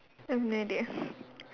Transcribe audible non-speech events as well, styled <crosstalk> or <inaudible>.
I have no idea <breath>